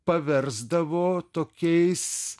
paversdavo tokiais